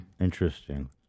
Interesting